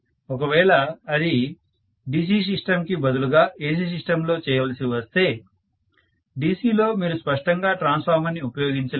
ఒకవేళ ఇది DC system కి బదులుగా AC సిస్టమ్ లో చేయవలసి వస్తే DC లో మీరు స్పష్టంగా ట్రాన్స్ఫార్మర్ ని ఉపయోగించలేరు